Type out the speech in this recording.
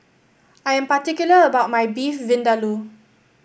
I'm particular about my Beef Vindaloo